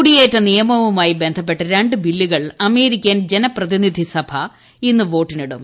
കുടിയേറ്റ നിയമവുമായി ബന്ധപ്പെട്ട രണ്ട് ബില്ലുകൾ അമേരിക്കൻ ജനപ്രതിനിധി സഭ ഇന്ന് വോട്ടിനിടും